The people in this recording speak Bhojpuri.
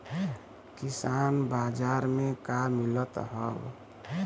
किसान बाजार मे का मिलत हव?